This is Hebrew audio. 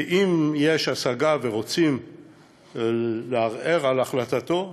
ואם יש השגה ורוצים לערער על החלטתו,